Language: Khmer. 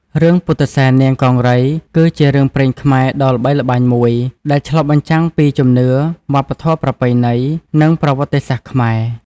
រឿង ពុទ្ធិសែននាងកង្រី គឺជារឿងព្រេងខ្មែរដ៏ល្បីល្បាញមួយ ដែលឆ្លុះបញ្ចាំងពីជំនឿ វប្បធម៌ប្រពៃណី និងប្រវត្តិសាស្ត្រខ្មែរ។